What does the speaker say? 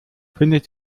findest